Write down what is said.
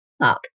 up